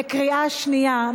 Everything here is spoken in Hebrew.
בקריאה שנייה.